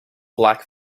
black